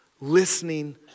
listening